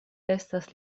estas